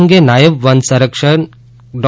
આ અંગે નાયબ વન સંરક્ષક ડો